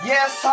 Yes